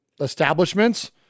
establishments